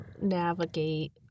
navigate